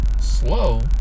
slow